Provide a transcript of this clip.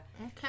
Okay